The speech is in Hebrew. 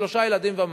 שלושה ילדים ומעלה.